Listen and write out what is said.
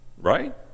Right